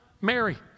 Mary